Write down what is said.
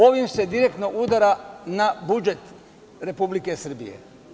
Ovim se direktno udara na budžet Republike Srbije.